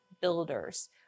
builders